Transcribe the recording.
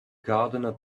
gardener